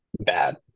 bad